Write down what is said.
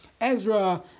Ezra